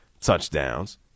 touchdowns